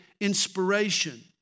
inspiration